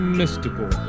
mystical